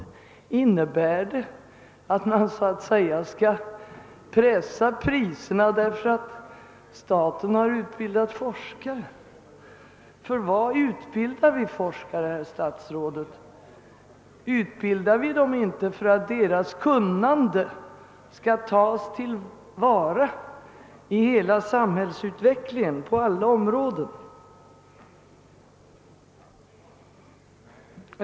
Innebär det att man så att säga skall pressa priserna därför att staten har utbildat forskare? För vad utbildar vi forskare, herr statsråd? Utbildar vi inte dem för att deras kunnande skall tas till vara i hela samhällsutvecklingen och på alla områden?